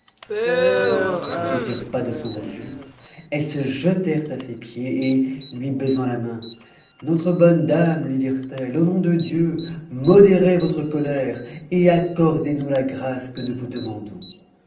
elles ne se rebutèrent pas de son refus elles se jetèrent à ses pieds et lui baisant la main notre bonne dame lui dirent-elles au nom de dieu modérez votre colère et accordez nous la grâce que nous vous demandons